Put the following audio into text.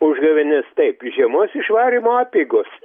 užgavėnės taip žiemos išvarymo apeigos